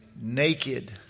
naked